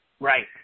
Right